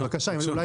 קודם.